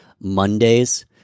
Mondays